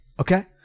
Okay